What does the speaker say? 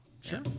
Sure